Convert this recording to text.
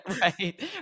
Right